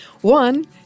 One